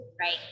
right